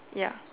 ya